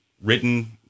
written